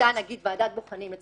אותה ועדת בוחנים למשל,